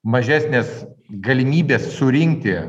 mažesnės galimybės surinkti